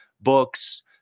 books